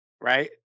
right –